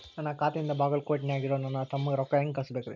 ನನ್ನ ಖಾತೆಯಿಂದ ಬಾಗಲ್ಕೋಟ್ ನ್ಯಾಗ್ ಇರೋ ನನ್ನ ತಮ್ಮಗ ರೊಕ್ಕ ಹೆಂಗ್ ಕಳಸಬೇಕ್ರಿ?